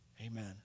Amen